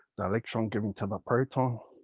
the electron giving to the proton,